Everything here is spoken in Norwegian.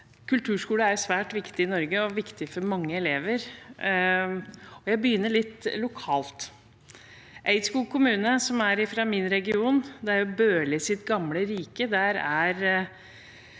Kulturskolen er svært viktig i Norge og viktig for mange elever. Jeg begynner litt lokalt: I Eidskog kommune, min region og Børlis gamle rike,